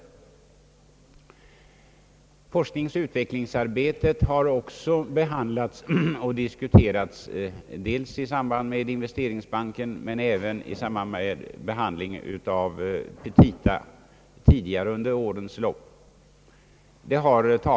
Forskningsoch utvecklingsarbetet har också diskuterats dels i samband med ärendet om investeringsbanken men dels även vid behandlingen av petita tidigare under årens lopp.